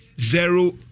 zero